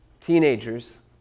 teenagers